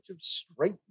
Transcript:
straight